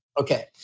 Okay